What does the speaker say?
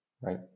right